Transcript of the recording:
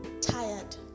tired